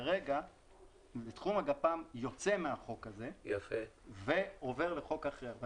כרגע תחום הגפ"ם יוצא מהחוק הזה ועובר לחוק אחר.